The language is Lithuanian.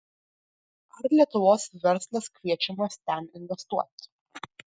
ar lietuvos verslas kviečiamas ten investuoti